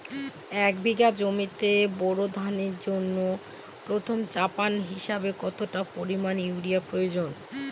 এক বিঘা জমিতে বোরো ধানের জন্য প্রথম চাপান হিসাবে কতটা পরিমাণ ইউরিয়া প্রয়োজন?